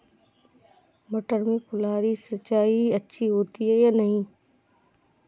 मटर में फुहरी सिंचाई अच्छी होती है या नहीं?